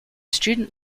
student